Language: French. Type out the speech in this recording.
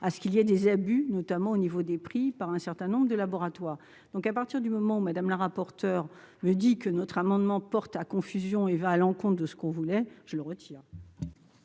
la porte à des abus, notamment en matière de prix, par un certain nombre de laboratoires. Toutefois, à partir du moment où Mme la rapporteure me dit que notre amendement prête à confusion et va à l'encontre de notre souhait, je le retire.